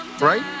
right